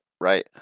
right